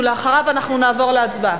ולאחריו אנחנו נעבור להצבעה.